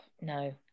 No